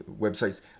websites